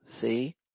See